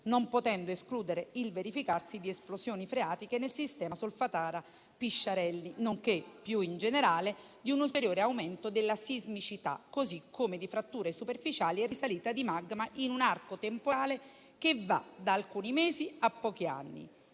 non potendo escludere il verificarsi di esplosioni freatiche nel sistema Solfatara-Pisciarelli, nonché, più in generale, di un ulteriore aumento della sismicità, così come di fratture superficiali e risalita di magma in un arco temporale che va da alcuni mesi a pochi anni.